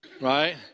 right